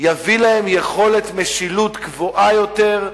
יכולת משילות גבוהה יותר,